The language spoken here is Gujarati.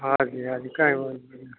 હાજી હાજી કાંઈ વાંધો નહીં